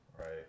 right